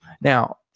now